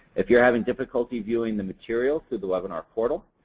if you are having difficulty viewing the materials through the webinar portal,